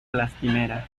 lastimera